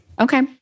Okay